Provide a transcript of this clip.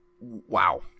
wow